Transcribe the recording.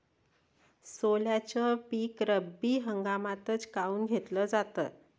सोल्याचं पीक रब्बी हंगामातच काऊन घेतलं जाते?